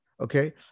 Okay